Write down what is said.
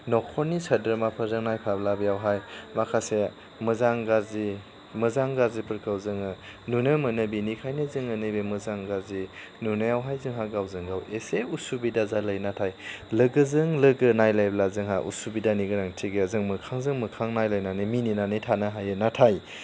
नखरनि सोद्रोमाफोरजों नायफाब्ला बेयावहाय माखासे मोजां गाज्रि मोजां गाज्रिफोरखौ जोङो नुनो मोनो बेनिखायनो जोङो नैबे मोजां गाज्रि नुनायावहाय जोंहा गावजों गाव एसे उसुबिदा जालायना थायो लोगोजों लोगो नायलायब्ला जोंहा उसुबिदानि गोनांथि गैया जों मोखांजों मोखां नायलायनानै मिनिनानै थानो हायो नाथाय